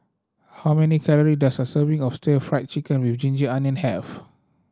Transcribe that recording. how many calorie does a serving of Stir Fried Chicken with ginger onion have